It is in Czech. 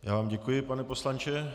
Já vám děkuji, pane poslanče.